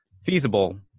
feasible